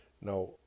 Now